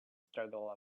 struggle